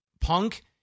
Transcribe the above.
Punk